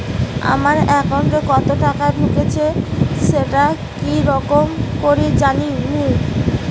আমার একাউন্টে কতো টাকা ঢুকেছে সেটা কি রকম করি জানিম?